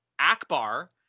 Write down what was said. Akbar